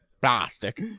plastic